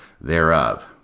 thereof